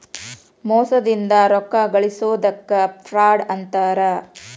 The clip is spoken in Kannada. ಮೋಸದಿಂದ ರೊಕ್ಕಾ ಗಳ್ಸೊದಕ್ಕ ಫ್ರಾಡ್ ಅಂತಾರ